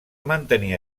mantenir